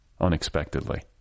unexpectedly